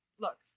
look